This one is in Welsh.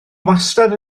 wastad